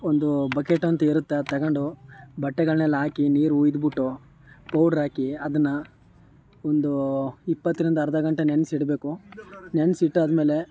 ಒಂದು ಬಕೆಟ್ ಅಂತಿರುತ್ತೆ ಅದು ತಗೋಂಡು ಬಟ್ಟೆಗಳನ್ನೆಲ್ಲ ಹಾಕಿ ನೀರು ಹುಯ್ದುಬಿಟ್ಟು ಪೌಡ್ರ್ ಹಾಕಿ ಅದನ್ನು ಒಂದು ಇಪ್ಪತ್ತರಿಂದ ಅರ್ಧ ಗಂಟೆ ನೆನೆಸಿಡ್ಬೇಕು ನೆನೆಸಿಟ್ಟಾದ್ಮೇಲೆ